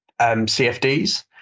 CFDs